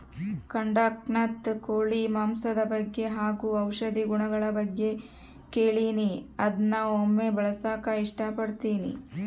ಕಡಖ್ನಾಥ್ ಕೋಳಿ ಮಾಂಸದ ಬಗ್ಗೆ ಹಾಗು ಔಷಧಿ ಗುಣಗಳ ಬಗ್ಗೆ ಕೇಳಿನಿ ಅದ್ನ ಒಮ್ಮೆ ಬಳಸಕ ಇಷ್ಟಪಡ್ತಿನಿ